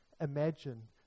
imagine